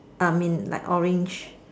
I mean like orange